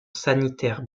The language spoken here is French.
sanitaire